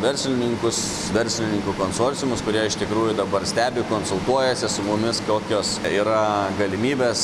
verslininkus verslininkų konsorciumus kurie iš tikrųjų dabar stebi konsultuojasi su mumis kokios yra galimybės